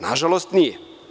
Nažalost nije.